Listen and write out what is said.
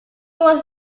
was